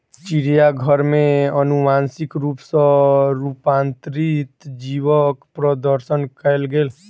चिड़ियाघर में अनुवांशिक रूप सॅ रूपांतरित जीवक प्रदर्शन कयल गेल